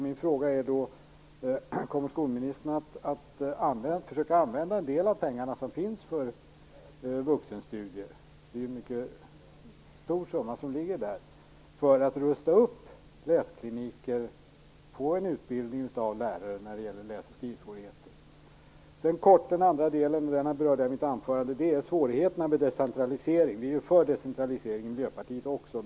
Min fråga är: Kommer skolministern att försöka använda en del av de pengar som finns för vuxenstudier - det är ju en mycket stor summa pengar - för att öka antalet läskliniker och för att få till stånd en utbildning av lärare för undervisning av personer med läs och skrivsvårigheter. Kort en annan fråga som jag berörde i mitt anförande, nämligen svårigheterna med decentralisering. Vi i Miljöpartiet är ju för decentralisering.